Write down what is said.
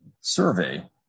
survey